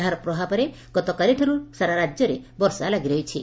ଏହାର ପ୍ରଭାବରେ ଗତକାଲିଠାରୁ ରାକ୍ୟରେ ବର୍ଷା ଲାଗିରହିଛି